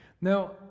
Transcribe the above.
Now